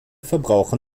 verbraucher